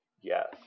yes